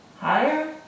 higher